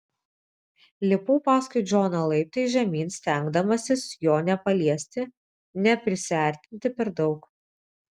lipau paskui džoną laiptais žemyn stengdamasis jo nepaliesti neprisiartinti per daug